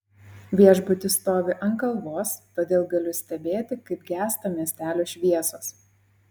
viešbutis stovi ant kalvos todėl galiu stebėti kaip gęsta miestelio šviesos